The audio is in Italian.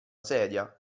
sedia